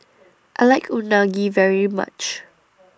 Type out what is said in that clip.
I like Unagi very much